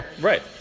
right